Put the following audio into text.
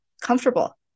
comfortable